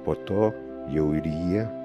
po to jau ir jie